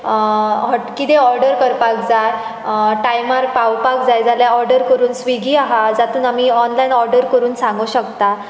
hot कितें order करपाक जाय टायमार पावपाक जाय जाल्या ऑडर करून स्विगी आसा जातून आमी ऑनलायन ऑडर करून सांगूक शकता